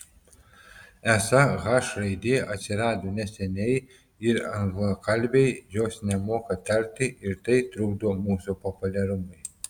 esą h raidė atsirado neseniai ir anglakalbiai jos nemoka tarti ir tai trukdo mūsų populiarumui